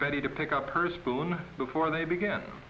betty to pick up her spoon before they began